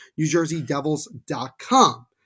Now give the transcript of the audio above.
NewJerseyDevils.com